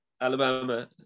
Alabama